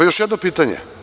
Još jedno pitanje.